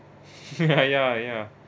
ya ya ya